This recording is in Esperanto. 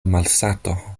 malsato